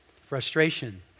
Frustration